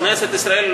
כנסת ישראל,